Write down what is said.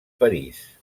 parís